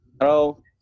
Hello